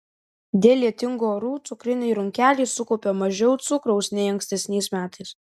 dėl lietingų orų cukriniai runkeliai sukaupė mažiau cukraus nei ankstesniais metais